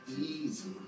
easy